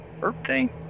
birthday